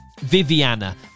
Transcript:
Viviana